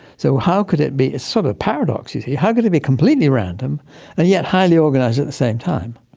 so how could it be, it's sort of a paradox, you see, how could it be completely random and yet highly organised at the same time?